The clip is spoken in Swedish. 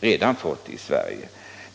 redan har fått i Sverige.